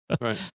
right